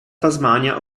tasmania